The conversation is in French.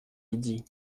lydie